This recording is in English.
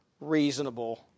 reasonable